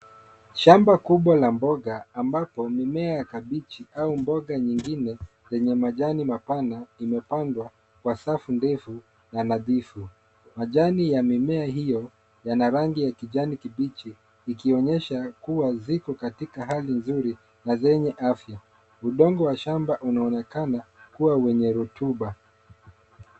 Shamba kubwa la mboga, ambapo mimea ya kabichi au mboga nyingine yenye majani mapana, imepandwa kwa safu ndefu na nadhifu. Majani ya mimea hio yana rangi ya kijani kibichi, likionyesha kua ziko katika hali nzuri na zenye afya. Udongo wa shamba unaonekana kua wenye rotuba.